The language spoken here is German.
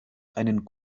einen